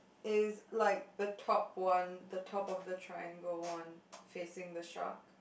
is like the top one the top of the triangle one facing the shark